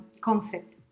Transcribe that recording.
concept